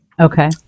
Okay